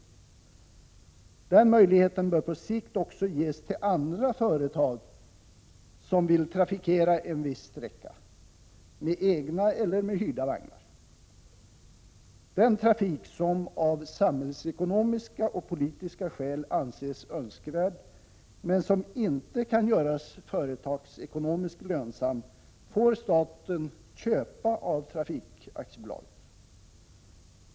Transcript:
Den möjligheten bör på sikt också ges till andra företag som vill trafikera en viss sträcka, med egna eller med hyrda vagnar. Den trafik som av samhällsekonomiska och politiska skäl anses önskvärd, men som inte kan göras företagsekonomiskt lönsam, får staten köpa av trafikaktiebolaget.